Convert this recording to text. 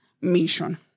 mission